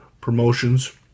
promotions